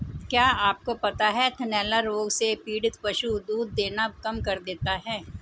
क्या आपको पता है थनैला रोग से पीड़ित पशु दूध देना कम कर देता है?